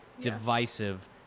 divisive